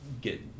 get